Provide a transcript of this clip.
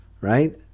right